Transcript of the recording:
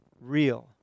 real